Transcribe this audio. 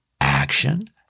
action